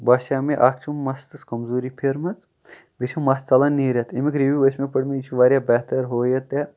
باسیٚو مےٚ اکھ چھُ مَستَس کَمزوٗری پھیٖرمٕژ بیٚیہِ چھُ مَس ژَلان نیٖرِتھ اَمیُک رِویو ٲسۍ مےٚ پٔرمٕتۍ یہِ چھُ واریاہ بہتر ہُہ یہِ تہٕ